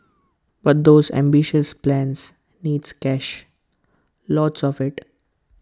but those ambitious plans needs cash lots of IT